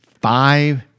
Five